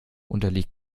unterliegt